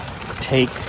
take